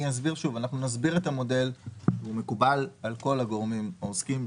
אנחנו נסביר את המודל שמקובל על כל הגורמים העוסקים.